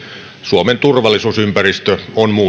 suomen turvallisuusympäristö